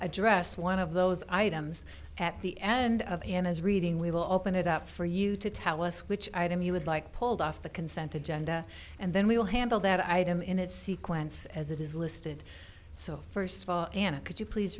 address one of those items at the end of his reading we will open it up for you to tell us which item you would like pulled off the consent to genda and then we'll handle that item in its sequence as it is listed so first of all ana could you please